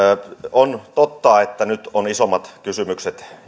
on totta että nyt ovat isommat kysymykset